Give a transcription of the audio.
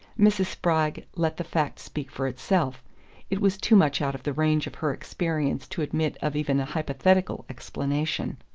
mrs. spragg let the fact speak for itself it was too much out of the range of her experience to admit of even a hypothetical explanation.